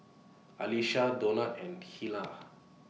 Alisha Donat and Hilah